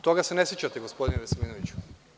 Toga se ne sećate gospodine Veselinoviću.